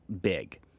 big